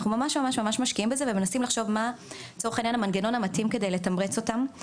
אנחנו משקיעים בזה וצריכים לחשוב מה המנגנון המתאים כדי לתמרץ אותם,